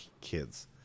kids